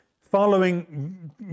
following